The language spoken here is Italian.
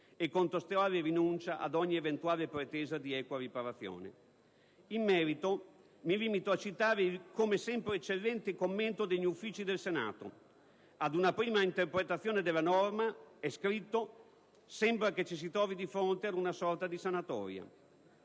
e contestuale rinuncia ad ogni eventuale pretesa di equa riparazione. In merito, mi limito a citare il commento, come sempre eccellente, degli uffici del Senato: «Ad una prima interpretazione della norma sembra che ci si trovi di fronte ad una sorta di sanatoria».